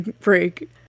break